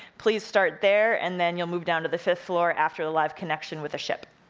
please start there, and then you'll move down to the fifth floor after the live connection with a ship.